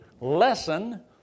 lesson